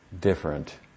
different